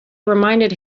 reminded